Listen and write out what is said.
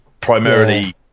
primarily